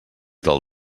del